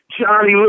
Johnny